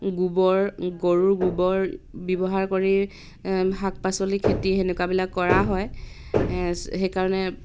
গোবৰ গৰুৰ গোবৰ ব্যৱহাৰ কৰি শাক পাচলি খেতি সেনেকুৱাবিলাক কৰা হয় সেইকাৰণে